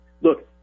Look